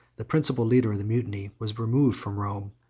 the principal leader of the mutiny, was removed from rome,